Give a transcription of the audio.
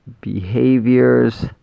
behaviors